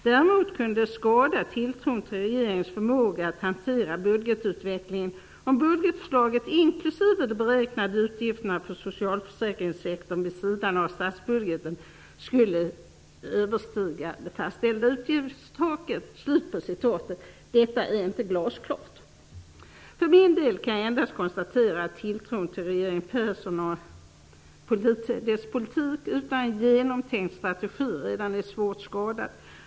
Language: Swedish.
Däremot kunde det skada tilltron till regeringens förmåga att hantera budgetutvecklingen om budgetförslaget inklusive de beräknade utgifterna för socialförsäkringssektorn vid sidan av statsbudgeten skulle överstiga det fastställda utgiftstaket." Detta är inte glasklart. Jag för min del kan endast konstatera att tilltron till regeringen Persson och dess politik utan en genomtänkt strategi redan är svårt skadad.